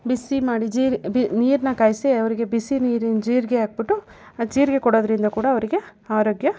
ಬಿಸಿ ಮಾಡಿ ಜೀರ್ ಬಿ ನೀರನ್ನ ಕಾಯಿಸಿ ಅವರಿಗೆ ಬಿಸಿ ನೀರಿನ ಜೀರಿಗೆ ಹಾಕಿಬಿಟ್ಟು ಆ ಜೀರಿಗೆ ಕೊಡೋದರಿಂದ ಕೂಡ ಅವರಿಗೆ ಆರೋಗ್ಯ